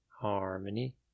harmony